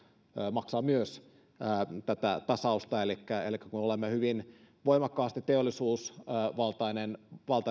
maksaa tätä tasausta elikkä elikkä kun olemme hyvin voimakkaasti teollisuusvaltainen